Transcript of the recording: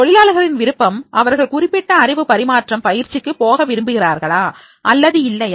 தொழிலாளர்களின் விருப்பம் அவர்கள் குறிப்பிட்ட அறிவு பரிமாற்றம் பயிற்சிக்கு போக விரும்புகிறார்களா அல்லது இல்லையா